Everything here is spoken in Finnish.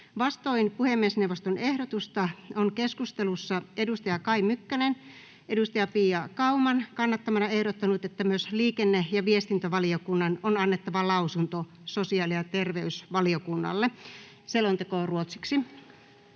Vastoin puhemiesneuvoston ehdotusta on keskustelussa Kai Mykkänen Pia Kauman kannattamana ehdottanut, että myös liikenne- ja viestintävaliokunnan on annettava lausunto sosiaali- ja terveysvaliokunnalle. Ehdotuksesta